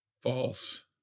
False